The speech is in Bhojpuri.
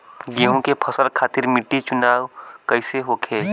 गेंहू फसल खातिर मिट्टी चुनाव कईसे होखे?